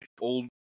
old